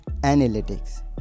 analytics